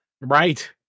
right